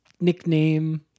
nickname